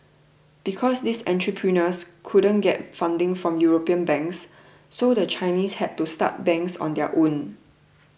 because these entrepreneurs couldn't get funding from European banks so the Chinese had to start banks on their own